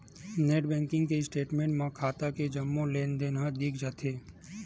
net banking के statement म खाता के जम्मो लेनदेन ह दिख जाथे